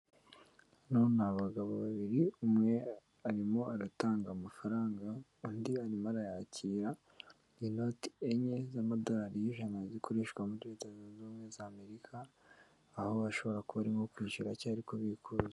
Bano ni abagabo babiri umwe arimo aratanga amafaranga undi hanyuma arayakira inoti enye z'amadorari y'ijana zikoreshwa muri leta zunze ubumwe za amerika aho bashobora kuba barimo kwishyura cyangwa bari kubikura.